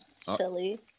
Silly